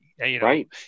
Right